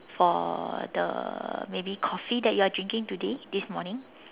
for the maybe coffee that you are drinking today this morning